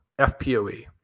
FPOE